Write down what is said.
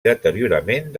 deteriorament